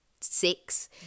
six